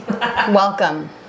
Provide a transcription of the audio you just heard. Welcome